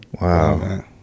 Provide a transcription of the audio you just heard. Wow